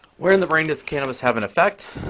where in the brain does cannabis have an effect?